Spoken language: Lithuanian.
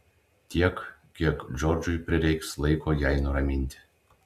tiek kiek džordžui prireiks laiko jai nuraminti